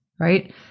right